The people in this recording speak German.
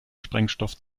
sprengstoff